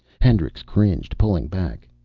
hendricks cringed, pulling back.